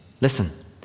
Listen